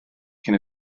cyn